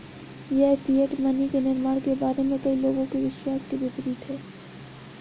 यह fiat money के निर्माण के बारे में कई लोगों के विश्वास के विपरीत है